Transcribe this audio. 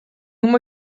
uma